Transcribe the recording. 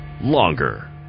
longer